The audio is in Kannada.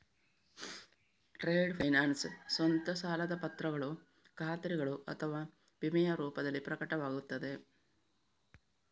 ಟ್ರೇಡ್ ಫೈನಾನ್ಸ್ ಸ್ವತಃ ಸಾಲದ ಪತ್ರಗಳು ಖಾತರಿಗಳು ಅಥವಾ ವಿಮೆಯ ರೂಪದಲ್ಲಿ ಪ್ರಕಟವಾಗುತ್ತದೆ